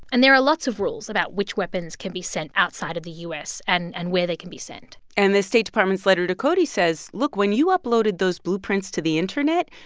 and there are lots of rules about which weapons can be sent outside of the u s. and and where they can be sent and the state department's letter to cody says, look. when you uploaded those blueprints to the internet,